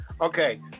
Okay